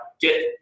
get